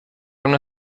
una